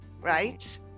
right